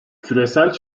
küresel